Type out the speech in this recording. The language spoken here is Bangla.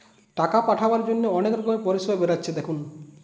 টাকা পাঠাবার জন্যে অনেক রকমের পরিষেবা বেরাচ্ছে দেখুন